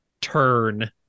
turn